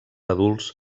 adults